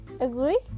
Agree